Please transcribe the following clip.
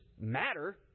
matter